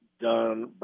done